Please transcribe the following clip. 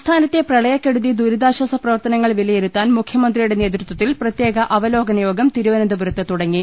സംസ്ഥാനത്തെ പ്രളയക്കെടുതി ദുരിതാശ്ചാസ പ്രവർത്തനങ്ങൾ വില യിരുത്താൻ മുഖ്യമന്ത്രിയുടെ നേതൃത്വത്തിൽ പ്രത്യേക അവലോകന യോഗം തിരുവനന്തപുരത്ത് തുടങ്ങി